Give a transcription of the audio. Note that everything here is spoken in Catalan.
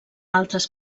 altres